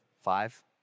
Five